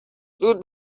زود